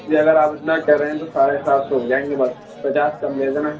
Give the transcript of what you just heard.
جی اگر آپ اتنا کہ رہے ہیں تو ساڑھے سات سو ہو جائیں گے بس پچاس کم دے دینا